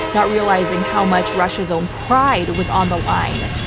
not realizing how much russia's own pride was on the line.